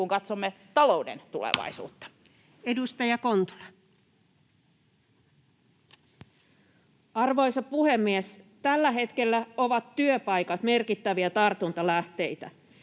kun katsomme talouden tulevaisuutta. Edustaja Kontula. Arvoisa puhemies! Tällä hetkellä työpaikat ovat merkittäviä tartuntalähteitä.